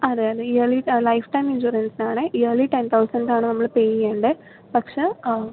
അതായത് yearly life time ഇൻഷുറൻസാണ് yearly ten തൗസന്റാണ് നമ്മൾ പേ ചെയ്യേണ്ടത് പക്ഷെ ആ